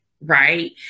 right